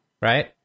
right